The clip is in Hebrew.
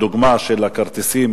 הדוגמה של הכרטיסים